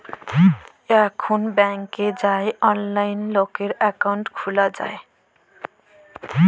এখল ব্যাংকে যাঁয়ে অললাইলে লকের একাউল্ট খ্যুলা যায়